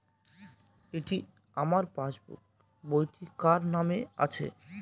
এটি আমার পাসবুক বইটি কার নামে আছে?